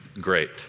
great